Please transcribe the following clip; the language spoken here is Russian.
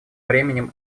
бременем